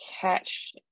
catch